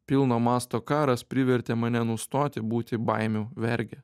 pilno masto karas privertė mane nustoti būti baimių verge